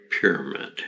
Pyramid